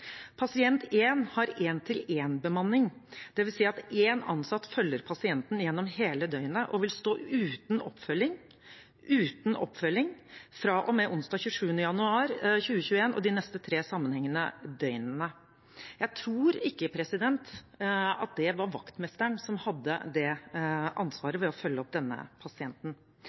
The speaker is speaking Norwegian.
Pasient 1 har 1:1 bemanning og vil stå uten oppfølging fra og med onsdag 27. januar 2021 og de neste 3 sammenhengende døgnene.» Jeg tror ikke det var vaktmesteren som hadde ansvaret for å følge opp denne pasienten.